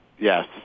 Yes